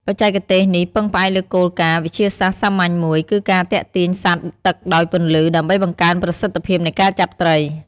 បច្ចេកទេសនេះពឹងផ្អែកលើគោលការណ៍វិទ្យាសាស្ត្រសាមញ្ញមួយ គឺការទាក់ទាញសត្វទឹកដោយពន្លឺ ដើម្បីបង្កើនប្រសិទ្ធភាពនៃការចាប់ត្រី។